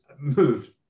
moved